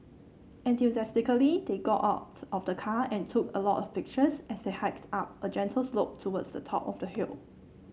enthusiastically they got out of the car and took a lot of pictures as they hiked up a gentle slope towards the top of the hill